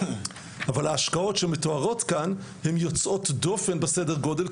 אבל ההשקעות שמתוארות כאן הן יוצאות דופן בסדר גודל,